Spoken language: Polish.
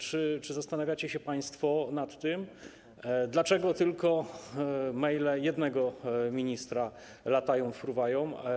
Czy zastanawiacie się państwo nad tym, dlaczego tylko maile jednego ministra latają, fruwają?